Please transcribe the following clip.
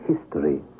history